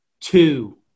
two